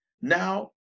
Now